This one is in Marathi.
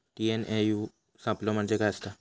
टी.एन.ए.यू सापलो म्हणजे काय असतां?